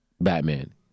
Batman